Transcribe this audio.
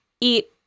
eat